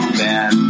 bad